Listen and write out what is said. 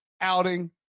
outing